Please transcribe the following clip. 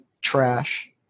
trash